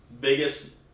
biggest